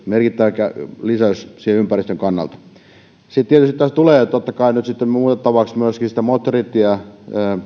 merkittävä lisäys ympäristön kannalta tietysti tässä tulee nyt sitten muutettavaksi myöskin moottoritien ja